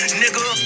nigga